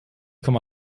komma